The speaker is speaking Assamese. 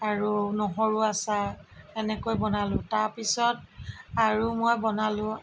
আৰু নহৰুৰ আচাৰ এনেকৈ বনালোঁ তাৰপিছত আৰু মই বনালোঁ